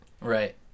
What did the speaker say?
Right